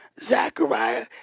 Zechariah